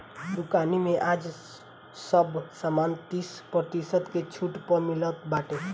दुकानी में आज सब सामान तीस प्रतिशत के छुट पअ मिलत बाटे